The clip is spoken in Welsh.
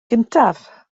gyntaf